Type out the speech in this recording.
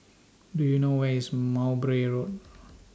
Do YOU know Where IS Mowbray Road